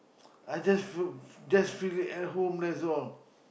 I just feel just feel it at home that's all